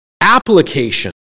Application